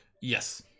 Yes